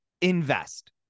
invest